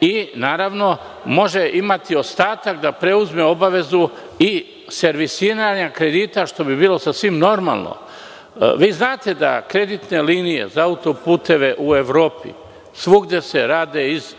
i, naravno, može imati ostatak da preuzme obavezu i servisiranja kredita, što bi bilo sasvim normalno. Vi znate da kreditne linije za autoputeve u Evropi se rade iz